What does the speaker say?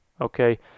Okay